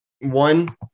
One